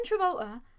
Travolta